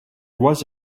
was